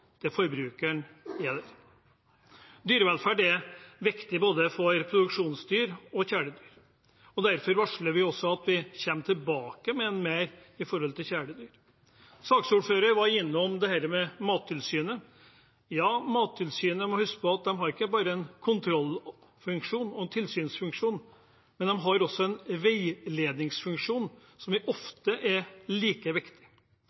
forbrukeren er der. Dyrevelferd er viktig både for produksjonsdyr og for kjæledyr. Derfor varsler vi at vi kommer tilbake med mer når det gjelder kjæredyr. Saksordføreren var innom Mattilsynet. Ja, Mattilsynet må huske på at de ikke bare har en kontroll- og tilsynsfunksjon; de har også en veiledningsfunksjon som ofte er like viktig,